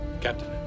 Captain